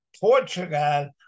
Portugal